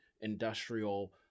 industrial